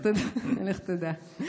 לך תדע.